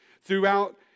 throughout